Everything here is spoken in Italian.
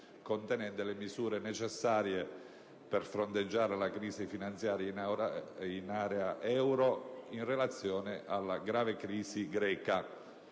contenente le misure per fronteggiare la crisi finanziaria in area euro in relazione alla grave situazione greca.